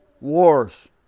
wars